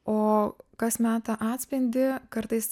o kas meta atspindį kartais